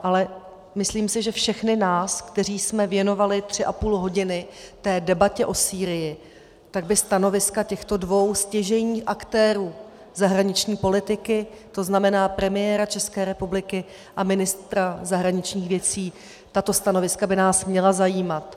Ale myslím si, že všechny nás, kteří jsme věnovali tři a půl hodiny té debatě o Sýrii, by stanoviska těchto dvou stěžejních aktérů zahraniční politiky, to znamená premiéra České republiky a ministra zahraničních věcí, tato stanoviska by nás měla zajímat.